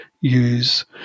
use